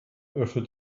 öffnet